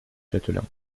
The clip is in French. chatelain